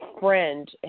friend